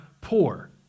poor